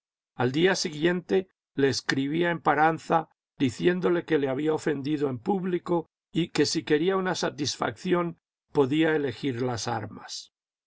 al día siguiente le escribí a emparanza diciéndole que le había ofendido en público y que si quería una satisfacción podía elegir las armas